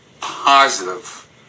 positive